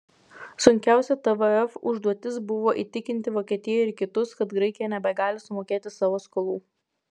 sunkiausia tvf užduotis buvo įtikinti vokietiją ir kitus kad graikija nebegali sumokėti savo skolų